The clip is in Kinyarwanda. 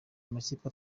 amakipe